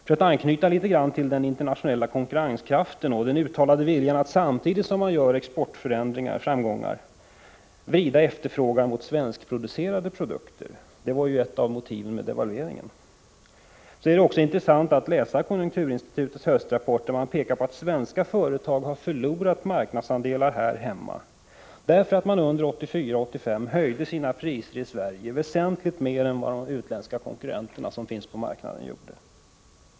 För att anknyta litet grand till den internationella konkurrenskraften och den uttalade viljan att samtidigt som man gör exportframgångar vrida efterfrågan mot svenskproducerade varor — det var ju ett av motiven med devalveringen — så är det intressant att läsa konjunkturinstitutets höstrapport. Där pekar man på att svenska företag har förlorat marknadsandelar här hemma därför att de 1984 och 1985 höjde sina priser i Sverige väsentligt mer än vad de utländska konkurrenterna på marknaden gjorde.